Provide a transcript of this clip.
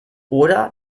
oder